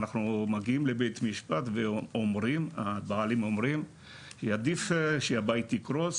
הם מגיעים לבית משפט ואומרים שעדיף שהבית יקרוס